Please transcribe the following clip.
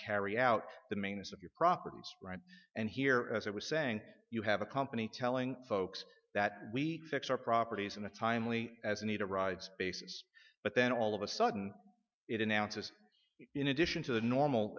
carry out the mains of your property right and here as i was saying you have a company telling folks that we fix our properties in a timely as anita ride's basis but then all of a sudden it announces in addition to the normal